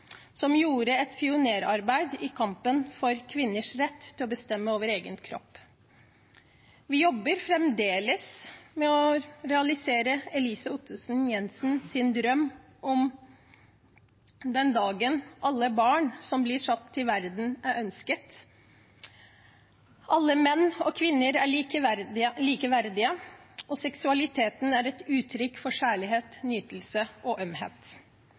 som gjorde et pionerarbeid i kampen for kvinners rett til å bestemme over egen kropp. Vi jobber fremdeles med å realisere Elise Ottesen-Jensens drøm om den dagen alle barn som blir satt til verden, er ønsket, der alle menn og kvinner er likeverdige, og der seksualiteten er et uttrykk for kjærlighet, nytelse og ømhet.